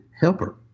helper